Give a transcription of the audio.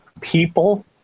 people